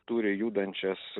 turi judančias